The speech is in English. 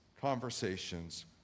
conversations